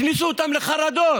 הכניסו אותם לחרדות.